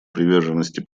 приверженности